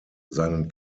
seinen